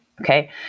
Okay